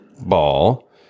ball